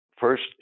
first